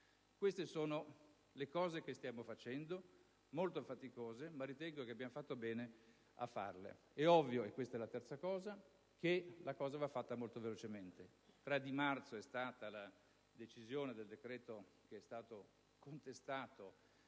Queste sono le cose che stiamo facendo: sono molto faticose, ma ritengo che abbiamo fatto bene a farle. È ovvio - e questo è il terzo punto - che ciò va fatto molto velocemente.